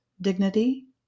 dignity